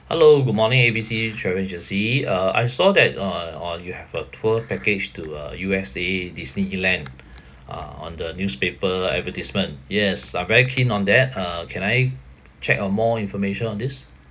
hello good morning A B C travel agency uh I saw that uh on you have a tour package to uh U_S_A disneyland uh on the newspaper advertisement yes I'm very keen on that uh can I check on more information on this